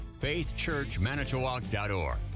faithchurchmanitowoc.org